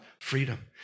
freedom